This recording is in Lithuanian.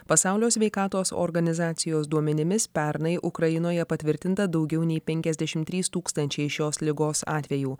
pasaulio sveikatos organizacijos duomenimis pernai ukrainoje patvirtinta daugiau nei penkiasdešimt trys tūkstančiai šios ligos atvejų